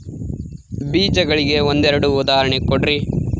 ಬೇಜಗಳಿಗೆ ಒಂದೆರಡು ಉದಾಹರಣೆ ಕೊಡ್ರಿ?